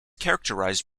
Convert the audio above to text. characterized